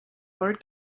lord